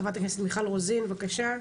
חה"כ מיכל רוזין, בבקשה.